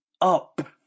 up